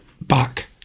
back